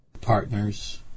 Partners